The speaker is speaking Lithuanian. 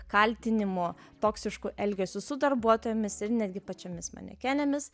kaltinimo toksišku elgesiu su darbuotojomis ir netgi pačiomis manekenėmis